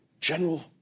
General